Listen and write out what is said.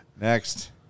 Next